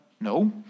no